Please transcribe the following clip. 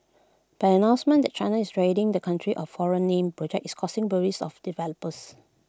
but an announcement that China is ridding the country of foreign name projects is causing worries to developers